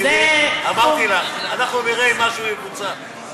תראי, אמרתי לך: נראה אם משהו יבוצע.